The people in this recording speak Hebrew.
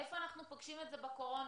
איפה אנחנו פוגשים את זה בקורונה?